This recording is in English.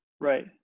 right